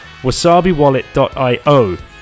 WasabiWallet.io